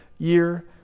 year